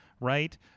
Right